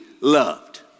loved